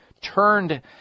turned